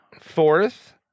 fourth